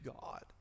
God